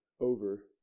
over